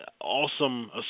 awesome